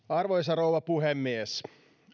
arvoisa rouva puhemies